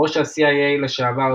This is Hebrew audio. ראש ה-CIA לשעבר,